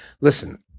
listen